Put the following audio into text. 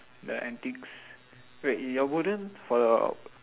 the antiques wait your wooden for your